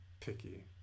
picky